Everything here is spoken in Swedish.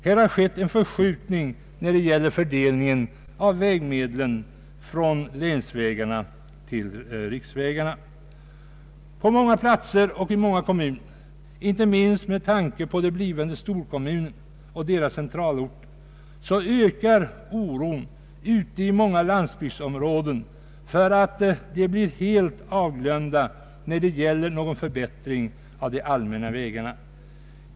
Här har skett en förskjutning när det gäller fördelningen av vägmedlen från länsvägarna till riksvägarna. På många platser och kommuner ute i landsbygdsområdena ökar oron, inte minst med tanke på de blivande storkommunerna och deras centralorter, för att de skall bli helt bortglömda när det gäller någon förbättring av de allmänna vägarna.